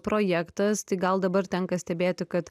projektas tai gal dabar tenka stebėti kad